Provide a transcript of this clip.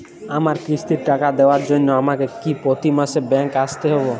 আমার কিস্তির টাকা দেওয়ার জন্য আমাকে কি প্রতি মাসে ব্যাংক আসতে হব?